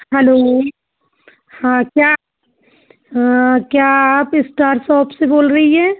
hello हाँ क्या हाँ क्या आप इस्टार सॉप से बोल रही हैं